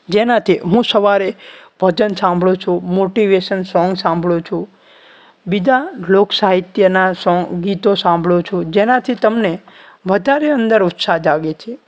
જેનાથી હું સવારે ભજન સાંભળું છું મોટિવેશન સોંગ સાંભળું છું બીજા લોકસાહિત્યના સોંગ ગીતો સાંભળો છો જેનાથી તમને વધારે અંદર ઉત્સાહ જાગે છે